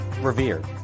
revered